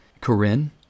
Corinne